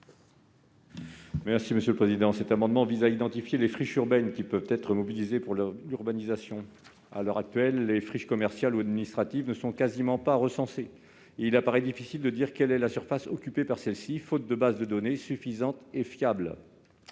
est à M. Daniel Salmon. Cet amendement vise à identifier les friches urbaines qui peuvent être mobilisées pour l'urbanisation. À l'heure actuelle, les friches commerciales ou administratives ne sont quasiment pas recensées. Il apparaît ainsi difficile de savoir quelle surface elles occupent faute de base de données suffisante et fiable.